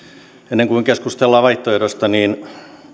ennen kuin keskustellaan vaihtoehdoista niin